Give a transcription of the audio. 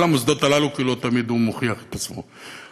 על המוסדות הללו, כי לא תמיד הוא מוכיח את עצמו.